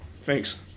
Thanks